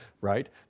right